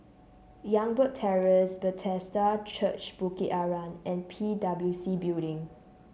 Youngberg Terrace Bethesda Church Bukit Arang and P W C Building